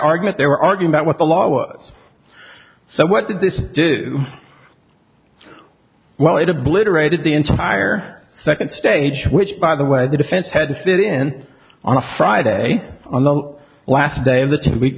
argument there argue about what the law was so what did this do while it obliterated the entire second stage which by the way the defense had to sit in on a friday on the last day of the ten week